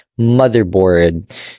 motherboard